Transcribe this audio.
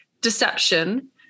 deception